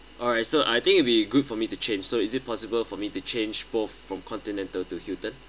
alright so I think it'll be good for me to change so is it possible for me to change both from continental to hilton